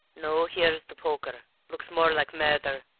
no here's the poker looks more like murder.